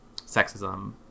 sexism